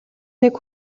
нэг